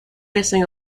racing